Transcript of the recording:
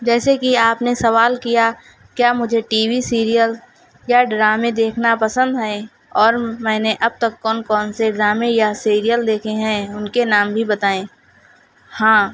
جیسے کہ آپ نے سوال کیا کیا مجھے ٹی وی سیریل یا ڈرامے دیکھنا پسند ہیں اور میں نے اب تک کون کون سے ڈرامے یا سیریل دیکھے ہیں ان کے نام بھی بتائیں ہاں